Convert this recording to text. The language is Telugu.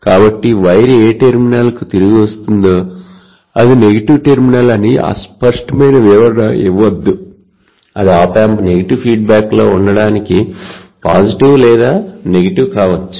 కాబట్టి వైర్ ఏ టెర్మినల్కు తిరిగి వస్తుందో అది నెగటివ్ టెర్మినల్ అని అస్పష్టమైన వివరణ ఇవ్వవద్దు అది ఆప్ ఆంప్ నెగటివ్ ఫీడ్బ్యాక్లో ఉండటానికి పాజిటివ్ లేదా నెగటివ్ కావచ్చు